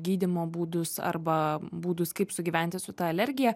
gydymo būdus arba būdus kaip sugyventi su ta alergija